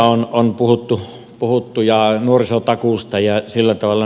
palkkatuesta on puhuttu ja nuorisotakuusta ja sillä tavalla